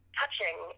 touching